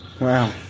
Wow